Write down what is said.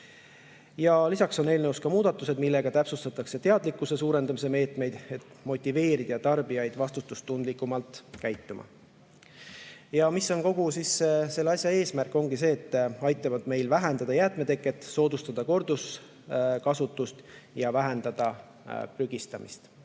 Veel on eelnõus muudatused, millega täpsustatakse teadlikkuse suurendamise meetmeid, et motiveerida tarbijaid vastutustundlikumalt käituma. Ja mis on kogu selle asja eesmärk? Ongi see, et see aitab meil vähendada jäätmeteket, soodustada korduskasutust ja vähendada prügistamist.